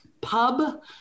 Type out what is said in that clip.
pub